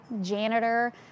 janitor